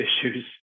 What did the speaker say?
issues